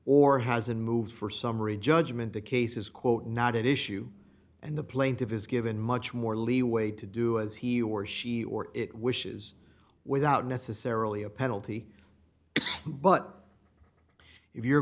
or hasn't moved for summary judgment the case is quote not at issue and the plaintiff is given much more leeway to do as he or she or it wishes without necessarily a penalty but if you're